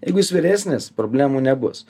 jeigu jis vyresnis problemų nebus